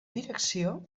direcció